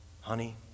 honey